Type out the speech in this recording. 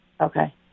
Okay